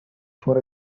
for